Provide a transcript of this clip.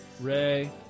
Ray